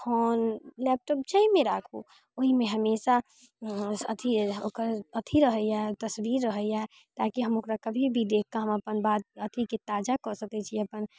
phone laptop जैमे राखु ओइमे हमेशा अथी ओकर अथी रहैय तस्वीर रहैय ताकि हम ओकरा कभी भी देखकऽ हम अपन बात अथीके ताजाकऽ सकै छी अपन